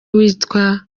witwa